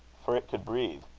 for it could breathe.